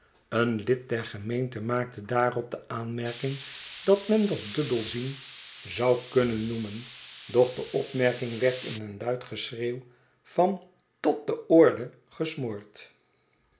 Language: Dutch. een lid der gemeente maakte daarop de aanmerking dat men dat dubbelzien zou kunnen noemen doch de opmerking werd in een luid geschreeuw van tot de orde gesmoord